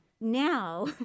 now